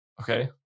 Okay